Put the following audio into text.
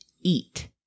eat